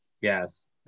Yes